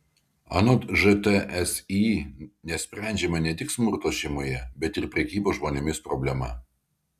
anot žtsi nesprendžiama ne tik smurto šeimoje bet ir prekybos žmonėmis problema